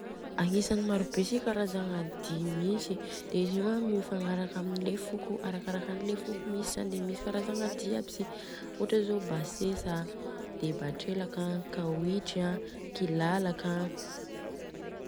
Agnisany maro be si karazagna dihy mihetsika, de Io an mifagnaraka amle foko arakarakan'le foko misy zany misy karazagna dihy aby sy ohatra zô hoe basesa an, de batrelaka an, kahoitry an, kilalaka an.